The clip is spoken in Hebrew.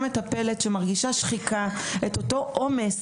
את אותה מטפלת שמרגישה שחיקה ואת אותו עומס,